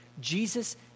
Jesus